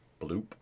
Bloop